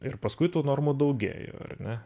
ir paskui tų normų daugėjo ar ne